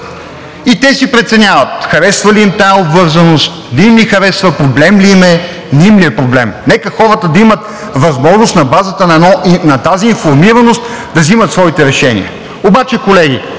и си преценяват – харесва ли им тази обвързаност, не им ли харесва, проблем ли им е, не им ли е проблем. Нека хората да имат възможност на базата на тази информираност да вземат своите решения. Обаче, колеги,